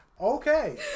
Okay